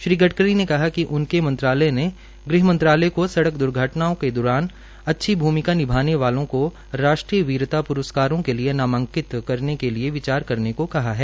श्री गडकरी ने कहा कि उनके मंत्रालय को सड़क द्र्घटनाओं के दौरान अच्छी भूमिका निभाने वालों को राष्ट्रीय वीतरा प्रस्कार के लिए नामांकित करने के लिए विचार करने को कहा है